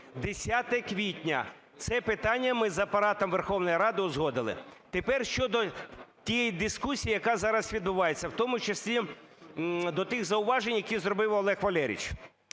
10 квітня. Це питання ми з Апаратом Верховної Ради узгодили. Тепер щодо тієї дискусії, яка зараз відбувається, в тому числі до тих зауважень, які зробив Олег Валерійович.